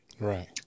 right